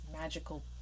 magical